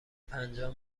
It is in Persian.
پنجاه